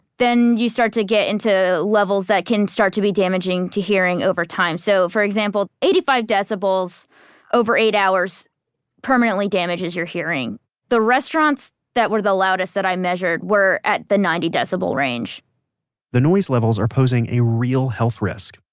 then you start to get into levels that can start to be damaging to hearing over time. so for example, eighty five decibels over eight hours permanently damages your hearing the restaurants that were the loudest that i measured were at the ninety decibel range the noise levels are posing a real health risk.